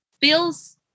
feels